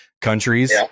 countries